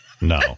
No